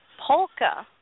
Polka